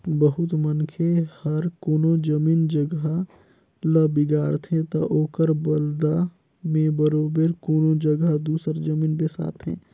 बहुत मनखे हर कोनो जमीन जगहा ल बिगाड़थे ता ओकर बलदा में बरोबेर कोनो जगहा दूसर जमीन बेसाथे